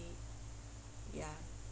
ya